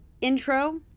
intro